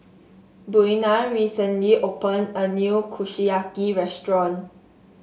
Buena recently opened a new Kushiyaki restaurant